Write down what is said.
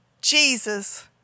Jesus